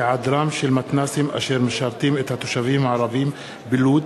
היעדרם של מתנ"סים אשר משרתים את התושבים הערבים בלוד,